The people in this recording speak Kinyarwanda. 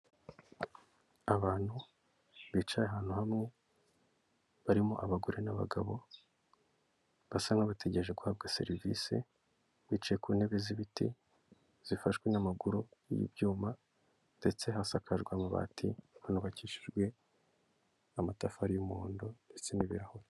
Abantu bicaye ahantu hamwe, barimo abagore n'abagabo, basa n'abategereje guhabwa serivisi, bicaye ku ntebe z'ibiti zifashwe n'amaguru y'ibyuma ndetse hasakajwe amabati, hanubakishijwe amatafari y'umuhondo ndetse n'ibirahure.